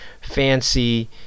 fancy